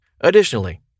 Additionally